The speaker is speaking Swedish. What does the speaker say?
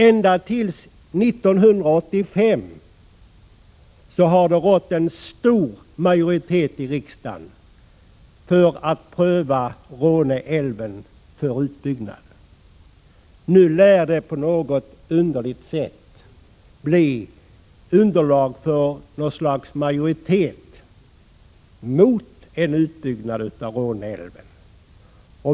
Ända fram till 1985 har det funnits en stor majoritet i riksdagen för att pröva Råneälven för utbyggnad. Nu lär det på något underligt sätt bli underlag för något slags majoritet mot en utbyggnad av Råneälven.